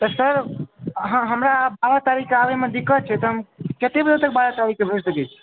तऽ सर अहाँ हमरा बारह तारीखके आबैमे दिक्कत छै तऽ हम कते बजे तक बारह तारीखके भरि सकै छी